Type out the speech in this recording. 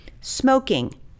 smoking